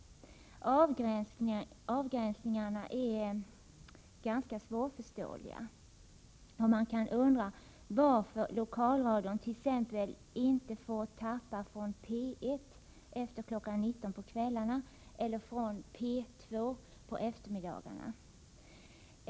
Avgränsningarna är ganska svårförståeliga. Man kan undra varför lokalradion t.ex. inte får tappa från P 1 efter kl. 19.00 på kvällarna eller från P 2 på eftermiddagarna.